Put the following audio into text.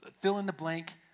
fill-in-the-blank